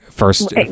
first